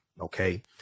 okay